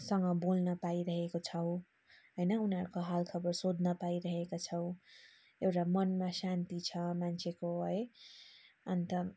सँग बोल्न पाइहरेको छौँ होइन उनीहरूको हालखबर सोध्न पाइहरेका छौँ एउटा मनमा शान्ति छ मान्छेको है अन्त